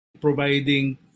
providing